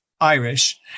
Irish